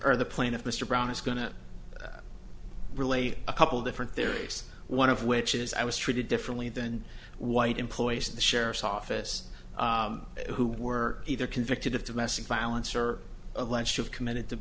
or the plaintiff mr brown is going to relate a couple different theories one of which is i was treated differently than white employees in the sheriff's office who were either convicted of domestic violence or alleged to have committed t